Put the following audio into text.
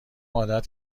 عادت